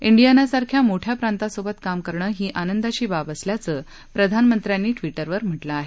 डियानासारख्या मोठ्या प्रांतासोबत काम करण ही आनंदाची बाब असल्याचं प्रधानमंत्र्यांनी ट्वीटरवर म्हटलं आहे